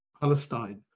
Palestine